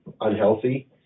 unhealthy